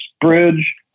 bridge